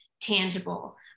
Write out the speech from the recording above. tangible